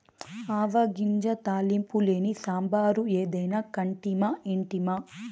ఆవ గింజ తాలింపు లేని సాంబారు ఏదైనా కంటిమా ఇంటిమా